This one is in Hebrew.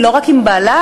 לא רק עם בעלה,